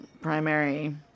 primary